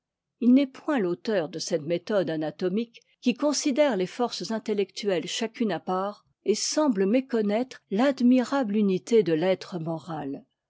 n'est point l'auteur de cette méthode anatomique qui considère les forces intellectuelles chacune à part et semble méconnaître l'admirable unité de l'être moral